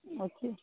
ଅଛି